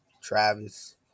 Travis